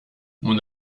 mon